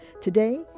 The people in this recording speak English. Today